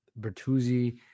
Bertuzzi